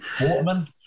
Waterman